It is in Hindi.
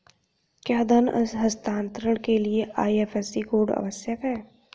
क्या धन हस्तांतरण के लिए आई.एफ.एस.सी कोड आवश्यक है?